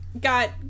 got